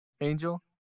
angel